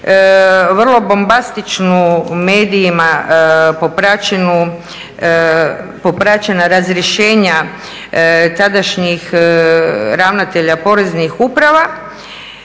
vrlo bombastičnu u medijima popraćena razrješenja tadašnjih ravnatelja poreznih uprava.